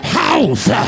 house